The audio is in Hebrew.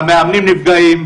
המאמנים נפגעים,